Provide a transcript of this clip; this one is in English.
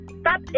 stop